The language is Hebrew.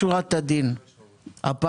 משנת 21' לשנת 22'. טוב.